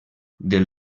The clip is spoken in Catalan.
del